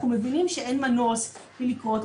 אנחנו מבינים שאין מנוס מלכרות,